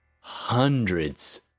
hundreds